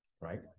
right